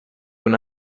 una